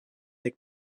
avec